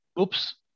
oops